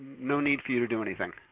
no need for you to do anything.